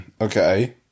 okay